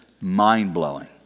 mind-blowing